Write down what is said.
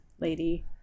lady